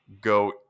go